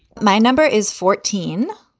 my number is fourteen.